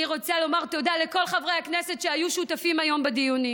אני רוצה לומר תודה לכל חברי הכנסת שהיו שותפים היום בדיונים.